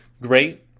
great